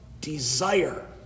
desire